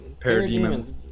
Parademons